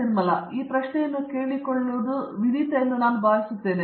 ನಿರ್ಮಲ ಈ ಪ್ರಶ್ನೆಯನ್ನು ಕೇಳಿಕೊಳ್ಳುವುದು ವಿನೀತ ಎಂದು ನಾನು ಭಾವಿಸುತ್ತೇನೆ